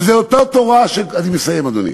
וזו אותה תורה, אני מסיים, אדוני,